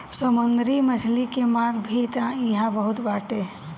समुंदरी मछली के मांग भी इहां बहुते बाटे